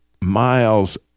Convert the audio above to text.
miles